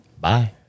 Bye